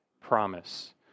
promise